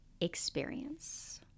Experience